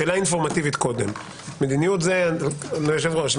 אדוני היושב-ראש,